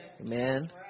Amen